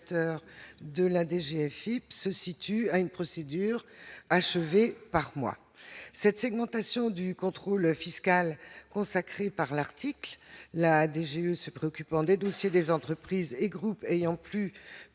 de la DGF Ipsos situe à une procédure achevée par mois cette segmentation du contrôle fiscal consacré par l'article la DGE se préoccupant des dossiers, des entreprises et groupes ayant plus de